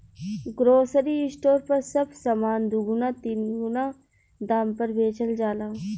grocery store पर सब सामान दुगुना तीन गुना दाम पर बेचल जाला